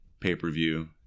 pay-per-view